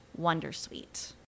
Wondersuite